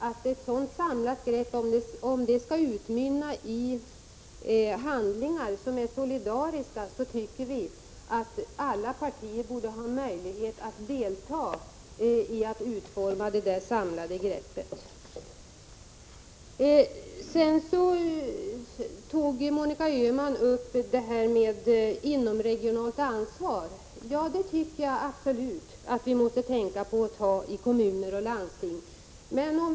Om ett sådant samlat grepp skall utmynna i solidariska handlingar, tycker vi att alla partier borde ha möjlighet att delta i utformningen av detta samlade grepp. Monica Öhman tog vidare upp frågan om inomregionalt ansvar. Ja, jag tycker absolut att vi måste försöka ta ett sådant ansvar inom kommuner och landsting.